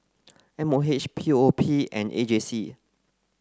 M O H P O P and A J C